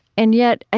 and yet, ah